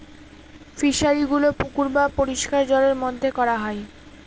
ফিশারিগুলো পুকুর বা পরিষ্কার জলের মধ্যে করা হয়